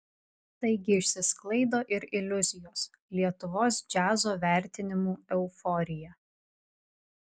taigi išsisklaido ir iliuzijos lietuvos džiazo vertinimų euforija